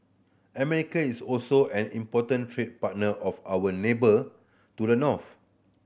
America is also an important trade partner of our neighbour to the north